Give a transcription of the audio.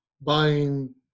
buying